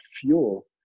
fuel